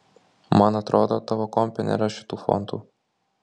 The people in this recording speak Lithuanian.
man atrodo tavo kompe nėra šitų fontų